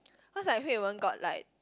cause like Hui-Wen got like